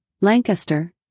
Lancaster